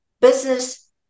business